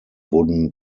wooden